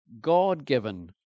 God-given